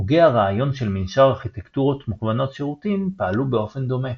הוגי הרעיון של מנשר ארכיטקטורות מוכוונות שירותים פעלו באופן דומה.